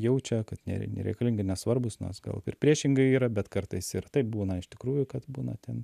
jaučia kad ne nereikalingi nesvarbūs gal ir priešingai yra bet kartais ir taip būna iš tikrųjų kad būna ten